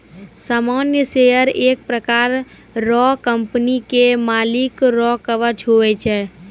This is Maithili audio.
सामान्य शेयर एक प्रकार रो कंपनी के मालिक रो कवच हुवै छै